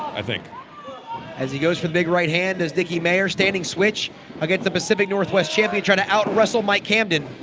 i think. bc as he goes for the big right hand as dicky mayer standing switch against the pacific northwest champion trying to out wrestle mike camden